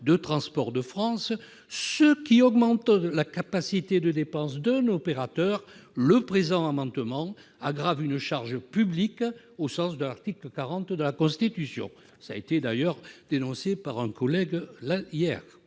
de transport de France, ce qui augmente la capacité de dépense d'un opérateur, le présent amendement aggrave une charge publique au sens de l'article 40 de la Constitution ». Mes chers collègues,